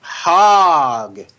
hog